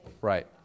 Right